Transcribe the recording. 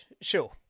sure